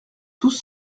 tous